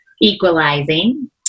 equalizing